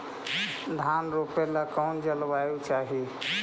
धान रोप ला कौन जलवायु चाही?